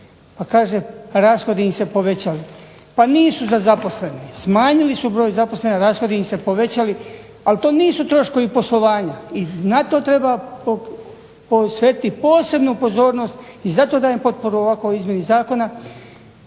Pa kaže rashodi im se povećali, pa nisu za zaposlene, smanjili su broj zaposlenih, a rashodi se povećali, ali to nisu troškovi poslovanja i na to treba posvetiti posebnu pozornost i zato dajem potporu ovakvoj izmjeni Zakon